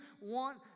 want